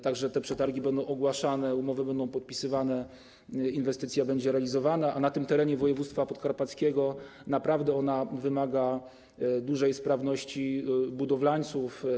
Tak że te przetargi będą ogłaszane, umowy będą podpisywane, inwestycja będzie realizowana, a na tym terenie województwa podkarpackiego naprawdę ona wymaga dużej sprawności budowlańców.